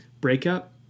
breakup